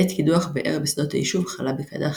בעת קידוח באר בשדות היישוב חלה בקדחת,